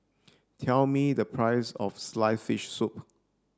tell me the price of sliced fish soup